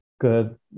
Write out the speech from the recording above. good